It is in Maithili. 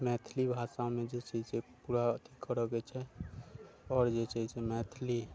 मैथिली भाषामे जे छै से पूरा अथी करऽके छै आओर जे छै से मैथिली